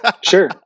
Sure